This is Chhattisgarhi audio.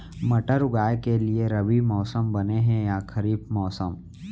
मटर उगाए के लिए रबि मौसम बने हे या खरीफ मौसम?